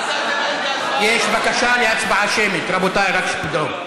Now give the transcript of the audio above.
יש בקשה להצבעה שמית, רבותיי, רק שתדעו.